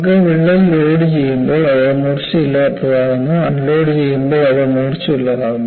നമുക്ക് വിള്ളൽ ലോഡുചെയ്യുമ്പോൾ അത് മൂർച്ചയില്ലാത്തതാകുന്നു അൺലോഡുചെയ്യുമ്പോൾ ഇത് മൂർച്ചയുള്ളതാകുന്നു